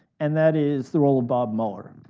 and that is the role of bob mueller.